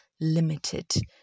limited